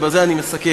ובזה אני מסכם,